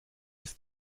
ist